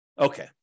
Okay